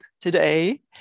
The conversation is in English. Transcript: today